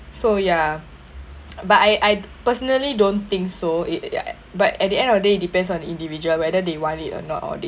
so ya but I I personally don't think so it ya but at the end of the day depends on the individual whether they want it or not or they